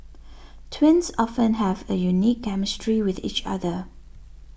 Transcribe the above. twins often have a unique chemistry with each other